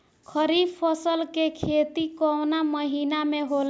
खरीफ फसल के खेती कवना महीना में होला?